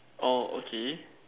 oh okay